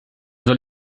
soll